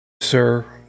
sir